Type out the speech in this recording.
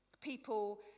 People